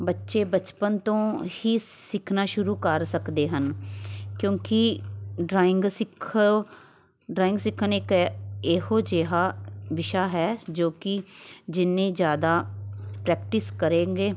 ਬੱਚੇ ਬਚਪਨ ਤੋਂ ਹੀ ਸਿੱਖਣਾ ਸ਼ੁਰੂ ਕਰ ਸਕਦੇ ਹਨ ਕਿਉਂਕਿ ਡਰਾਇੰਗ ਸਿੱਖ ਡਰਾਇੰਗ ਸਿੱਖਣ ਇੱਕ ਇਹੋ ਜਿਹਾ ਵਿਸ਼ਾ ਹੈ ਜੋ ਕਿ ਜਿੰਨੀ ਜ਼ਿਆਦਾ ਪ੍ਰੈਕਟਿਸ ਕਰਾਂਗੇ